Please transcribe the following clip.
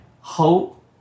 hope